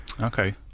okay